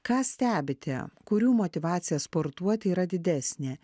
ką stebite kurių motyvacija sportuoti yra didesnė